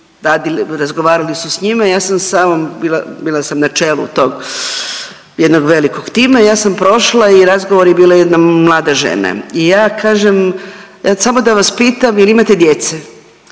razgovarali su s njima, ja sam samo bila, bila sam na čelu tog jednog velikog tima i ja sam prošla i na razgovoru je bila jedna mlada žena i ja kažem samo da vas pitam jel imate djece